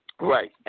Right